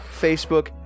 Facebook